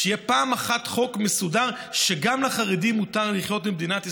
שיהיה פעם אחת חוק מסודר שגם לחרדים מותר לחיות במדינת ישראל?